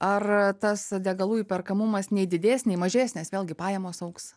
ar tas degalų įperkamumas nei didės nei mažės nes vėlgi pajamos augs